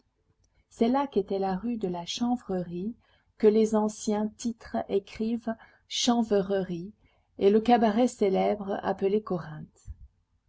c'est là qu'étaient la rue de la chanvrerie que les anciens titres écrivent chanverrerie et le cabaret célèbre appelé corinthe